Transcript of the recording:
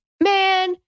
man